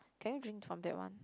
can you drink from that one